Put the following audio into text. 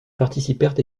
participèrent